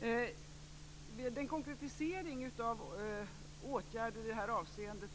Bo Könberg efterlyser en konkretisering av åtgärder i det här avseendet.